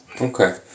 Okay